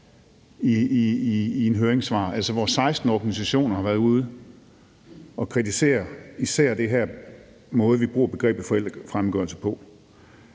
i høringssvar. 16 organisationer har været ude at kritisere især den her måde, vi bruger begrebet forældrefremmedgørelse på.